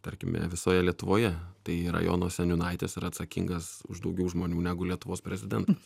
tarkime visoje lietuvoje tai rajono seniūnaitis yra atsakingas už daugiau žmonių negu lietuvos prezidentas